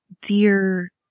Dear